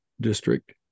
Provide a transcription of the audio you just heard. district